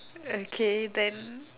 okay then